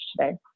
today